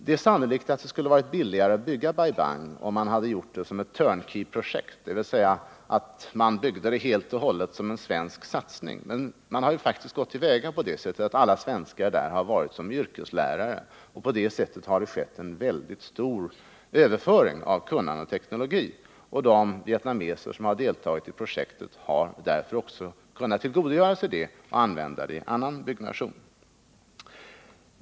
Det är sannolikt att det skulle varit billigare att bygga Bai Bang om man gjort det som ett turn-key-projekt, dvs. byggt det helt och hållet som en svensk satsning. Men man har ju faktiskt gått till väga på det sättet att alla svenskar där varit där som yrkeslärare, och på det sättet har det skett en mycket stor överföring av kunnande och teknologi. De vietnameser som deltagit i projektet har därför också kunnat tillgodogöra sig detta och använda sitt kunnande i annan byggnation.